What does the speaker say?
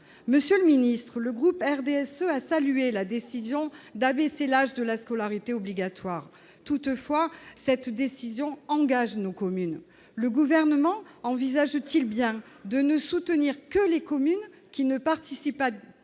Monsieur le ministre, le groupe du RDSE a salué la décision d'abaisser l'âge de la scolarité obligatoire. Toutefois, cette décision engage nos communes. Le Gouvernement envisage-t-il bien de ne soutenir que les communes qui ne participaient pas